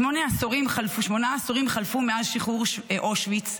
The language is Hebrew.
שמונה עשורים חלפו מאז שחרור אושוויץ,